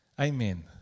Amen